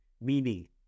meaning